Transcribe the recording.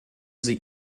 sie